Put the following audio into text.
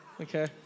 Okay